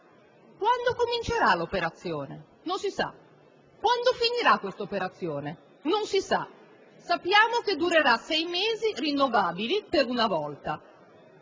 Quando comincerà quest'operazione? Non si sa. Quando finirà? Non si sa. Sappiamo che durerà sei mesi, rinnovabili per una volta.